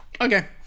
Okay